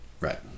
Right